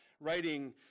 writing